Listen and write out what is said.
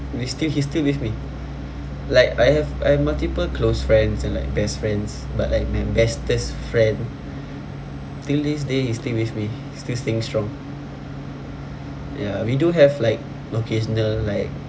we still he's still with me like I have I have multiple close friends and like best friends but like my bestest friend till this day he's still with me still staying strong ya we do have like occasional like